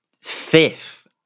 fifth